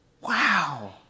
Wow